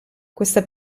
questa